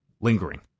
lingering